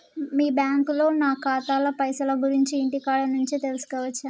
మీ బ్యాంకులో నా ఖాతాల పైసల గురించి ఇంటికాడ నుంచే తెలుసుకోవచ్చా?